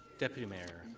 deputy mayor,